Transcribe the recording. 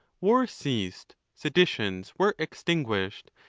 wars ceased, seditions were extinguished,